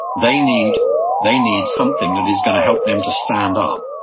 they need they need something that is going to help them to stand up,